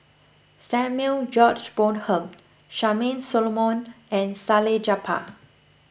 Samuel George Bonham Charmaine Solomon and Salleh Japar